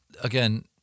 Again